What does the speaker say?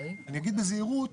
אני אגיד בזהירות